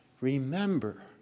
Remember